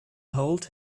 hold